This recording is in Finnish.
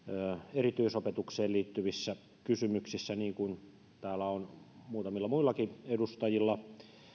erityisopetukseen liittyvissä kysymyksissä niin kuin täällä on muutamilla muillakin edustajilla